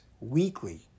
weekly